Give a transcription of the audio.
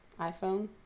iPhone